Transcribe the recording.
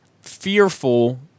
fearful